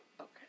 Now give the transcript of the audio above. Okay